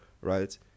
right